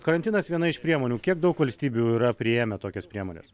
karantinas viena iš priemonių kiek daug valstybių yra priėmę tokias priemones